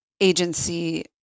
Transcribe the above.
agency